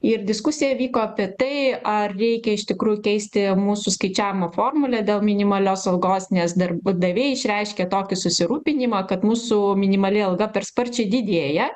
ir diskusija vyko apie tai ar reikia iš tikrųjų keisti mūsų skaičiavimo formulę dėl minimalios algos nes darbdaviai išreiškė tokį susirūpinimą kad mūsų minimali alga per sparčiai didėja